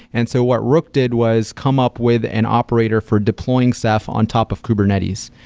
and so what rook did was come up with an operator for deploying ceph on top of kubernetes.